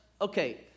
okay